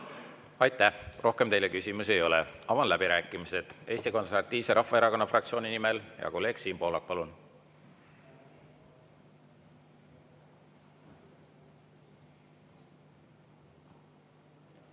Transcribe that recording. Aitäh! Rohkem teile küsimusi ei ole. Avan läbirääkimised. Eesti Konservatiivse Rahvaerakonna fraktsiooni nimel hea kolleeg Siim Pohlak, palun!